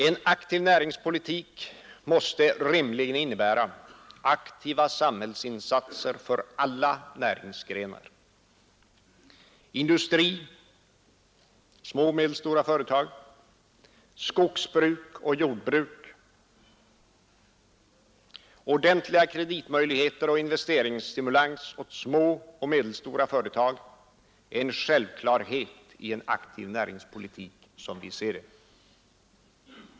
En aktiv näringspolitik måste rimligen innebära aktiva samhällsinsatser för alla näringsgrenar: stora, små och medelstora företag inom industrisektorn, skogsbruk och jordbruk. Ordentliga kreditmöjligheter och investeringsstimulans åt små och medelstora företag är en självklarhet i en aktiv näringspolitik.